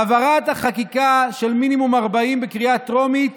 העברת החקיקה של מינימום 40 בקריאה טרומית